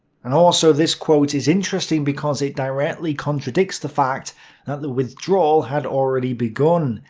and also this quote is interesting because it directly contradicts the fact that the withdrawal had already begun,